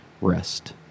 rest